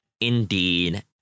indeed